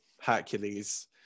Hercules